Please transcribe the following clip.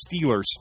Steelers